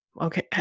okay